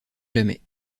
jamais